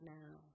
now